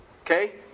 Okay